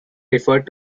referred